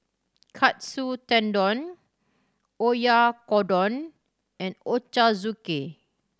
Katsu Tendon Oyakodon and Ochazuke